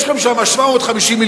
יש לכם שם 750 מיליון,